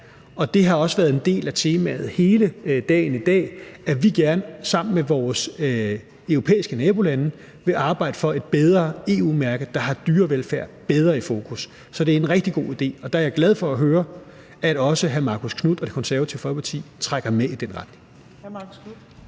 og det har også været en del af temaet hele dagen i dag, at vi gerne sammen med vores europæiske nabolande vil arbejde for et bedre EU-mærke, der har dyrevelfærd mere i fokus. Så det er en rigtig god idé, og der er jeg glad for at høre, at også hr. Marcus Knuth og Det Konservative Folkeparti trækker med i den retning.